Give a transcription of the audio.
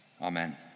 Amen